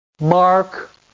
Mark